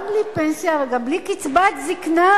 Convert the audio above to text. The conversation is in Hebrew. גם בלי פנסיה וגם בלי קצבת זיקנה.